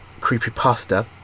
creepypasta